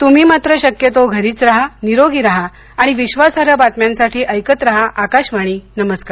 तुम्ही मात्र शक्यतो घरीच राहा निरोगी राहा आणि विश्वासार्ह बातम्यांसाठी ऐकत राहा आकाशवाणी नमस्कार